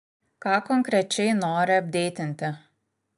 ką konkrečiai nori apdeitinti